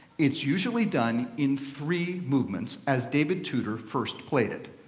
it's usually done in three movements as david tudor first played it.